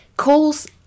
calls